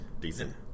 decent